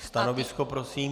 Stanovisko prosím.